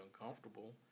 uncomfortable